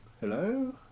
Hello